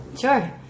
Sure